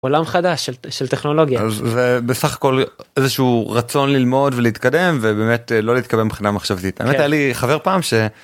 עולם חדש של טכנולוגיה. ובסך הכל איזה שהוא רצון ללמוד ולהתקדם ובאמת לא להתקבע מבחינה מחשבתית. באמת היה לי חבר פעם ש...